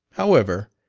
however,